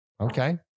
Okay